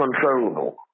controllable